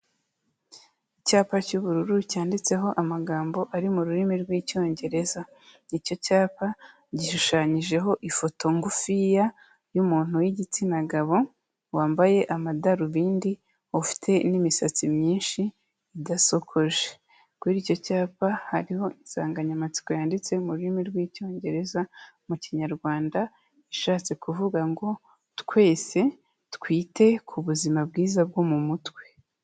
Icyapa cy'ubururu cyanditseho amagambo ari mu rurimi rw'Icyongereza, icyo cyapa gishushanyijeho ifoto ngufiya y'umuntu w'igitsina gabo, wambaye amadarubindi ufite n'imisatsi myinshi idasokoje, kuri icyo cyapa hariho insanganyamatsiko yanditse mu rurimi rw'Icyongereza, mu Kinyarwanda ishatse kuvuga ngo twese twite ku buzima bwiza bwo mu mutwe.